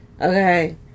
Okay